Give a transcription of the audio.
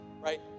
right